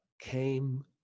came